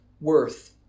worth